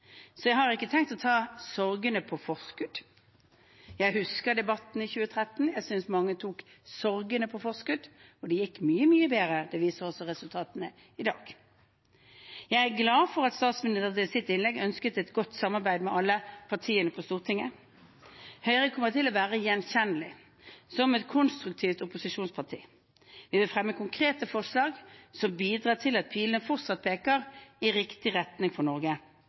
så jeg har ikke tenkt å ta sorgene på forskudd. Jeg husker debatten i 2013. Jeg synes mange tok sorgene på forskudd, og det gikk mye, mye bedre – det viser også resultatene i dag. Jeg er glad for at statsministeren i sitt innlegg ønsket et godt samarbeid med alle partiene på Stortinget. Høyre kommer til å være gjenkjennelig som et konstruktivt opposisjonsparti. Vi vil fremme konkrete forslag som bidrar til at pilene fortsatt peker i riktig retning for Norge.